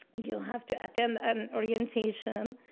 and you have to attend an orientation.